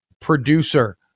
producer